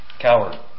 Coward